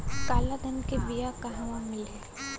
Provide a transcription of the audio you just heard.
काला धान क बिया कहवा मिली?